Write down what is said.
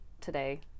today